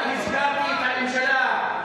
רק הזכרתי את הממשלה,